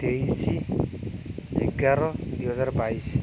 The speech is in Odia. ତେଇଶ ଏଗାର ଦୁଇ ହଜାର ବାଇଶ